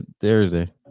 Thursday